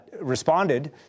responded